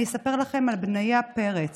אני אספר לכם על בניה פרץ.